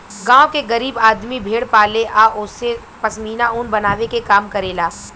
गांव के गरीब आदमी भेड़ पाले आ ओसे पश्मीना ऊन बनावे के काम करेला